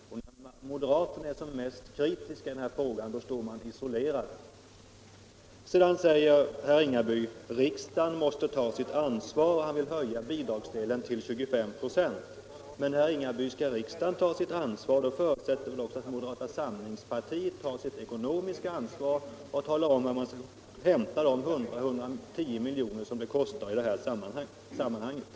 Herr talman! När herr Ringaby riktar sin hårdaste kritik mot studiemedelssystemet gör han det i samband med att han föreslår att indexlånemodellen skall ersättas med annuitetslån. Men här gäller det ju en typiskt principiell förändring av studiemedelssystemet och det är de andra partierna ense om att man måste utreda först. När moderaterna är som mest kritiska i den här frågan då står de isolerade. Sedan säger herr Ringaby: Riksdagen måste ta sitt ansvar. Och han vill höja bidragsdelen till 25 96. Men, herr Ringaby, skall riksdagen ta sitt ansvar förutsätter det väl också att moderata samlingspartiet tar sitt ekonomiska ansvar och talar om var man skall hämta de 100 milj.kr. 110 milj.kr. som föreslagets genomförande kostar.